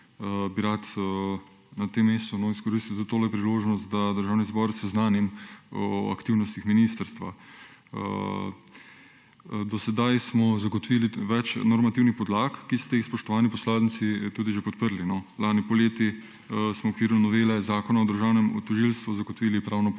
na tem mestu izkoristil tole priložnost, da Državni zbor seznanim o aktivnostih ministrstva. Do sedaj smo zagotovili več normativnih podlag, ki ste jih, spoštovani poslanci, tudi že podprli. Lani poleti smo v okviru novele Zakona o državnem tožilstvu zagotovili pravno